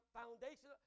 foundation